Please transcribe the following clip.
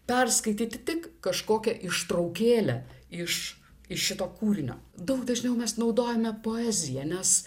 perskaityti tik kažkokią ištraukėlę iš iš šito kūrinio daug dažniau mes naudojame poeziją nes